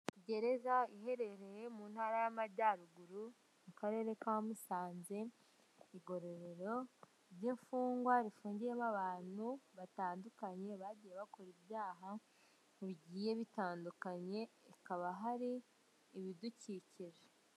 Gereza iherereye mu ntara y'amajyaruguru mu karere ka musanze ku igororero ry'imfungwa rifungiyemo abantu batandukanye bagiye bakora ibyaha bigiye bitandukanye hakaba hari ibidukikije.